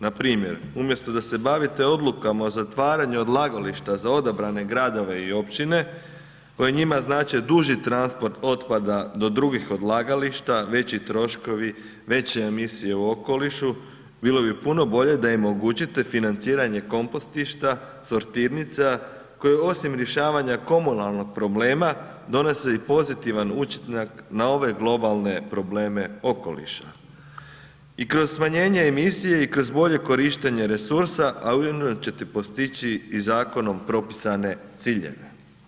Npr. umjesto da se bavite odlukama o zatvaranju odlagališta za odabrane gradove i općine koje njima znače duži transport otpada do drugih odlagališta, veći troškovi, veće emisije u okolišu, bilo bi puno bolje da im omogućite financiranje kompostišta, sortirnica koje osim rješavanja komunalnog problema donose i pozitivan učinak na ove globalne probleme okoliša i kroz smanjenje emisije i kroz bolje korištenje resursa, a ujedno ćete postići i zakonom propisane ciljeve.